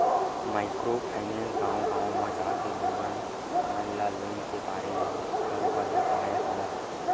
micro finance गाँव गाँव म जाके लोगन मन ल लोन के बारे म बरोबर बताय हवय